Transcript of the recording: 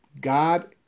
God